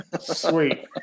Sweet